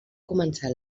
començar